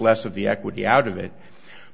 less of the equity out of it